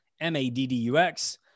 M-A-D-D-U-X